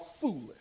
foolish